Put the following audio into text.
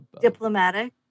diplomatic